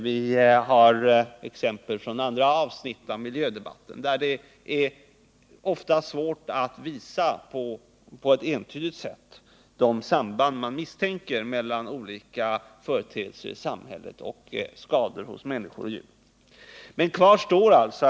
Vi har exempel från andra avsnitt av miljödebatten där det ofta är svårt att på ett entydigt sätt påvisa samband mellan företeelser i samhället och skador hos människor och djur som man misstänker föreligger.